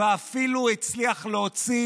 ואפילו הצליח להוציא